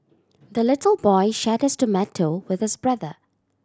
the little boy shared his tomato with his brother